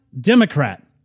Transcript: Democrat